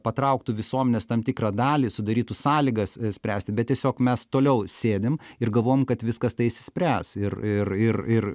patrauktų visuomenės tam tikrą dalį sudarytų sąlygas spręsti bet tiesiog mes toliau sėdim ir galvojam kad viskas tai išsispręs ir ir ir ir